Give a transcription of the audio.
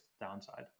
downside